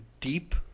deep